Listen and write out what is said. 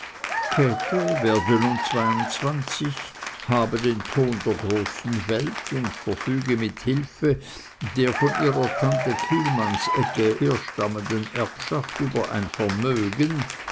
käthe werde nun zweiundzwanzig habe den ton der großen welt und verfüge mit hilfe der von ihrer tante kielmannsegge herstammenden erbschaft über ein vermögen